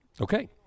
Okay